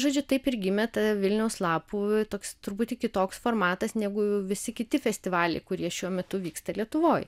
žodžiu taip ir gimė ta vilniaus lapų toks truputį kitoks formatas negu visi kiti festivaliai kurie šiuo metu vyksta lietuvoj